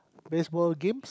baseball games